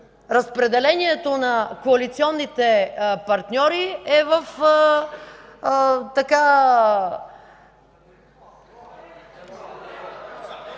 разпределението на коалиционните партньори е в сферата,